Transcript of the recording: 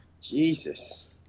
Jesus